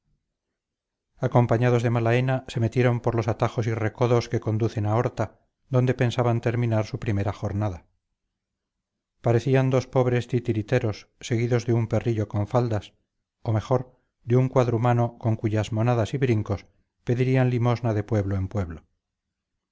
acompañados de malaena se metieron por los atajos y recodos que conducen a horta donde pensaban terminar su primera jornada parecían dos pobres titiriteros seguidos de un perrillo con faldas o mejor de un cuadrumano con cuyas monadas y brincos pedirían limosna de pueblo en pueblo